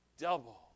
double